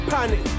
Panic